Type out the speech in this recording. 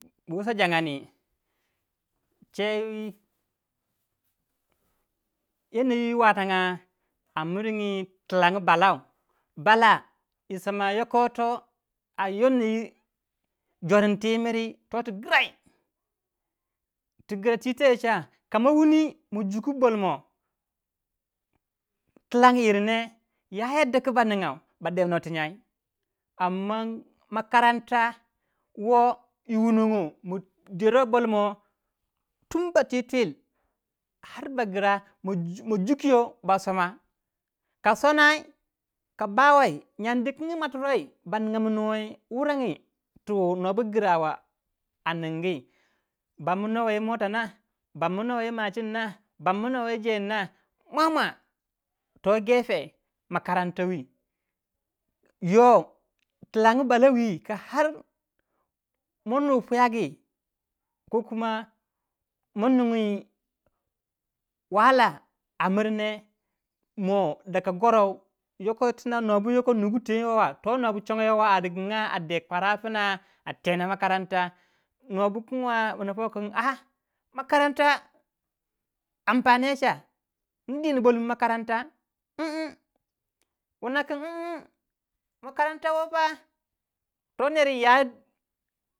Bu wusa janganji chei watanga a mirinigi tilangu balau. bala a yanayi wi wo yimiri yi soma toyir twi grai. ti gra twi teye cha koma wuni ma juka bolmo tilangu yir ne moninguwei ba demno ir tu nyai amman makaranta dero boimo tun bakir kitin tubacicila har ba gra ma jukyo sa soma ha sonoi ka bawou nyan di kingi ba wai ba ningomnuwe wurongi tu nobu grwa aningyi ange bammunowei yi mota na, bammunowei yi machine na bamuno wei yi jendi nah to gepe makarantane yoh ilangu bala wi har manu puyagi kokuma munungi wahala. yoko yitina no bu nugu tenya wa to nobu chongoyou a de bakwara pna a dina makaranta, nobu kanga kin a makaranta ampaniyo ca indini bolmi makaranta makarantawo pa to ner wu ya dimre.